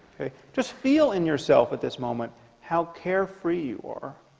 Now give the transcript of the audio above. okay, just feel in yourself at this moment how carefree you are